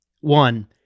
one